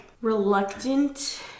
reluctant